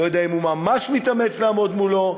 לא יודע אם הוא ממש מתאמץ לעמוד מולו,